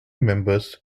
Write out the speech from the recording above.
members